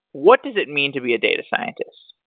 what does it mean to be a data scientist?